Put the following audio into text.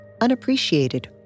unappreciated